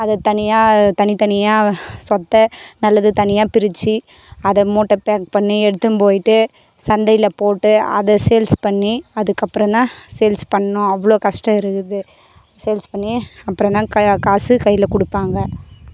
அதை தனியாக தனி தனியாக சொத்தை நல்லது தனியாக பிரிச்சு அதை மூட்டை பேக் பண்ணி எடுத்துகின்னு போய்ட்டு சந்தையில் போட்டு அதை சேல்ஸ் பண்ணி அதுக்கு அப்புறம் தான் சேல்ஸ் பண்ணனும் அவ்வளோ கஷ்டம் இருக்காது சேல்ஸ் பண்ணி அப்புறம் தான் கையில் காசு கையில் கொடுப்பாங்க